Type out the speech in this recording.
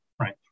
right